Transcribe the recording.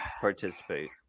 participate